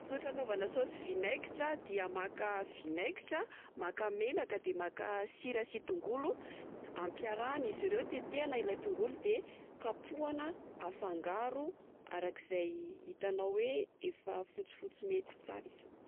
Tsotra ny anaovana sôsy vinaigitra dia maka vinaigitra, de menaka, de maka sira sy tongolo. Ampiarahana izy ireo, tetehina ilay tongolo de kapohana, afangaro araka izay itanao hoe efa fotsifotsy mety tsara izay.